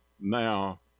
now